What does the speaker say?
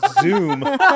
Zoom